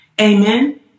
Amen